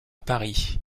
paris